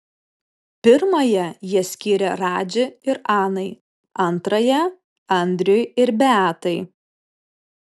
pirmąją jie skyrė radži ir anai antrąją andriui ir beatai